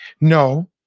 no